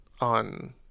on